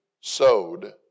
sowed